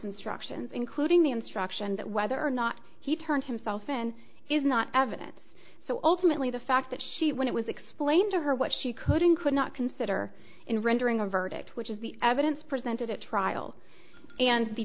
instructions including the instruction that whether or not he turned himself in is not evidence so ultimately the fact that she when it was explained to her what she could and could not consider in rendering a verdict which is the evidence presented at trial and the